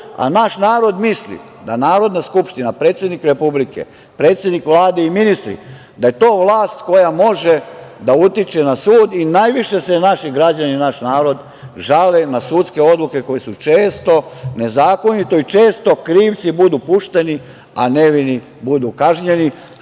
a naš narod misli da Narodna skupština, predsednik Republike, predsednik Vlade i ministri, da je to vlast koja može da utiče na sud i najviše se naši građani i naš narod žale na sudske odluke koje su često, nezakonito i često krivci budu pušteni, a nevini budu kažnjeni,